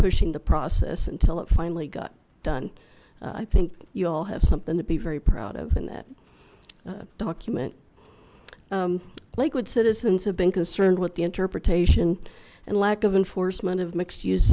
pushing the process until it finally got done i think you all have something to be very proud of in that document lakewood citizens have been concerned with the interpretation and lack of enforcement of mixed use